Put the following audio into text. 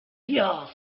years